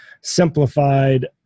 simplified